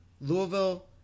Louisville